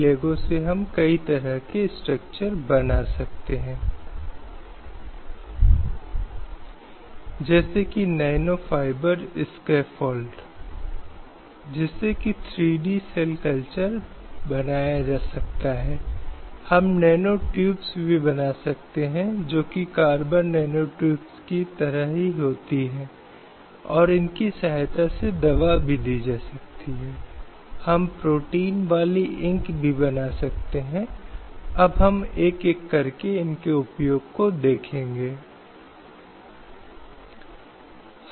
जैसा कि हम कहते हैं कि संविधान भूमि का सर्वोच्च कानून है यह मूल दस्तावेज है जिसमें एक विशेष पवित्रता है इसमें वह सरकार के ढांचे और सिद्धांत कार्यों को निर्धारित करता है और उनके संचालन को नियंत्रित करने वाले सिद्धांतों की घोषणा करता है